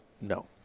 No